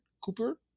Cooper